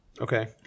Okay